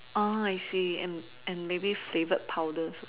I see and and maybe favorite powders